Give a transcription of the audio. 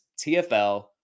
TFL